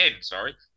sorry